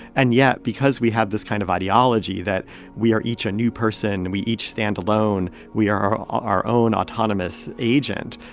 and yet, because we have this kind of ideology that we are each a new person, and we each stand alone, we are our own autonomous agent,